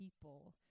people